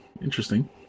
interesting